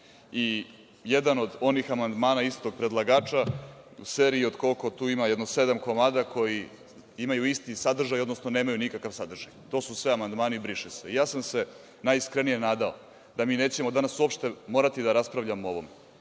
I jedan od onih amandmana istog predlagača u seriji od, koliko tu ima, jedno sedam komada, koji imaju isti sadržaj, odnosno nemaju nikakav sadržaj. To su sve oni amandmani – briše se. Ja sam se najiskrenije nadao da mi nećemo danas uopšte morati da raspravljamo o